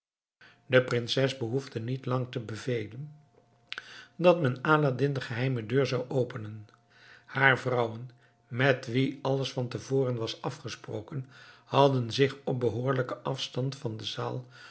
de prinses behoefde niet lang te bevelen dat men aladdin de geheime deur zou openen haar vrouwen met wie alles van te voren was afgesproken hadden zich op behoorlijke afstanden van de zaal